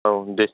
औ दे